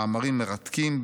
מאמרים מרתקים,